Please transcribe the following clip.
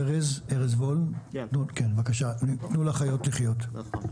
ארז וול מתנו לחיות לחיות, בבקשה.